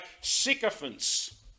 sycophants